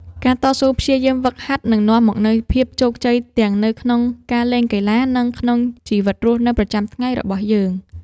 ការតស៊ូព្យាយាមហ្វឹកហាត់នឹងនាំមកនូវភាពជោគជ័យទាំងនៅក្នុងការលេងកីឡា និងក្នុងជីវិតរស់នៅប្រចាំថ្ងៃរបស់យើង។